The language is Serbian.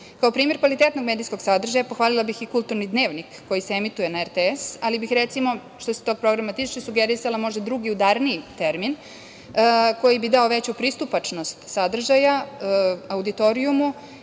primer kvalitetnog medijskog sadržaja pohvalila bih i „Kulturni dnevnik“, koji se emituje na RTS, ali bih recimo, što se tog programa tiče, sugerisala možda drugi udarniji termin koji bi dao veću pristupačnost sadržaja auditorijumu